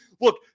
Look